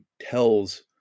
tells